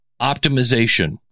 optimization